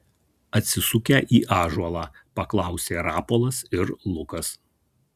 atsisukę į ąžuolą paklausė rapolas ir lukas